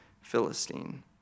Philistine